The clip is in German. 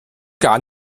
gar